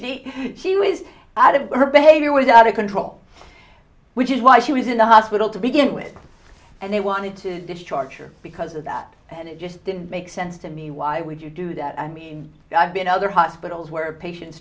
room she was out of her behavior was out of control which is why she was in the hospital to begin with and they wanted to discharge her because of that and it just didn't make sense to me why would you do that i mean i've been other hospitals where patients